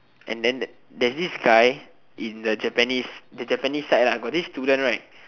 and then there's this guy in the japanese the japanese side lah got this student right